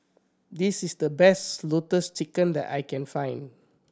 this is the best Lotus Leaf Chicken that I can find